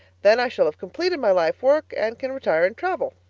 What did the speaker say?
then i shall have completed my life work and can retire and travel.